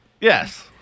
Yes